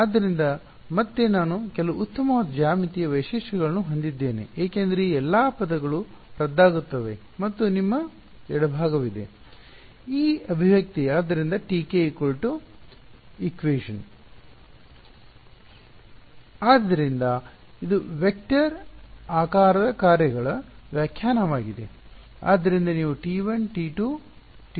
ಆದ್ದರಿಂದ ಮತ್ತೆ ನಾನು ಕೆಲವು ಉತ್ತಮವಾದ ಜ್ಯಾಮಿತೀಯ ವೈಶಿಷ್ಟ್ಯಗಳನ್ನು ಹೊಂದಿದ್ದೇನೆ ಏಕೆಂದರೆ ಈ ಎಲ್ಲಾ ಪದಗಳು ರದ್ದಾಗುತ್ತವೆ ಮತ್ತು ನಿಮ್ಮ ಎಡಭಾಗವಿದೆ ಈ ಅಭಿವ್ಯಕ್ತಿ ಆದ್ದರಿಂದ ಆದ್ದರಿಂದ ಇದು ವೆಕ್ಟರ್ ಆಕಾರದ ಕಾರ್ಯಗಳ ವ್ಯಾಖ್ಯಾನವಾಗಿದೆ